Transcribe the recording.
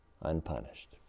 unpunished